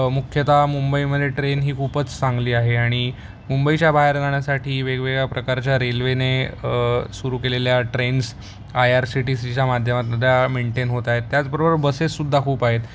मुख्यत मुंबईमधे ट्रेन ही खूपच चांगली आहे आणि मुंबईच्या बाहेर जाण्यासाठी वेगवेगळ्या प्रकारच्या रेल्वेने सुरू केलेल्या trains I R C T सीच्या माध्यमातून त्या मेंटेन होत आहेत त्याचबरोबर बसेस सुद्धा खूप आहेत